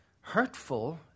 hurtful